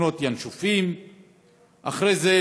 לקנות "ינשופים"; אחרי זה,